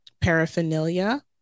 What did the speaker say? paraphernalia